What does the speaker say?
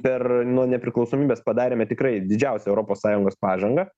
per nuo nepriklausomybės padarėme tikrai didžiausią europos sąjungos pažangą